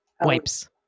wipes